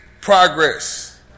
progress